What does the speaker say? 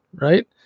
right